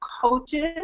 coaches